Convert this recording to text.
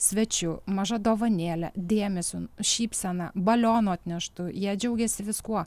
svečiu maža dovanėle dėmesiu šypsena balionu atneštu jie džiaugiasi viskuo